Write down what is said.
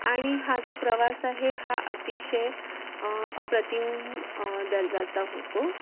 आणि हा जो प्रवास आहे हा अतिशय अप्रतिम दर्जाचा होतो